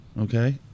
Okay